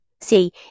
See